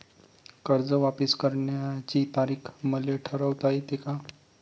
कर्ज वापिस करण्याची तारीख मले ठरवता येते का?